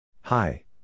Hi